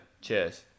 Cheers